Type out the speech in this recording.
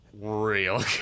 real